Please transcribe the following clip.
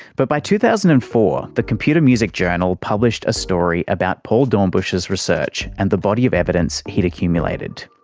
but by two thousand and four the computer music journal published a story about paul doornbusch's research and the body of evidence he'd accumulated.